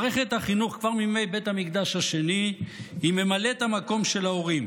מערכת החינוך כבר מימי בית המקדש השני היא ממלאת המקום של ההורים.